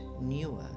newer